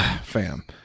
fam